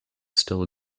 still